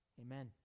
Amen